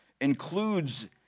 includes